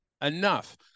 enough